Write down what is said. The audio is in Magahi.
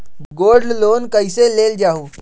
गोल्ड लोन कईसे लेल जाहु?